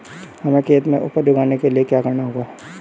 हमें खेत में उपज उगाने के लिये क्या करना होगा?